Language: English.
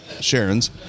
Sharon's